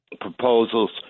proposals